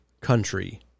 country